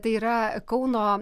tai yra kauno